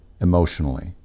emotionally